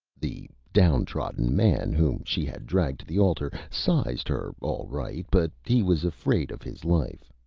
the down-trodden man, whom she had dragged to the altar, sized her all right, but he was afraid of his life.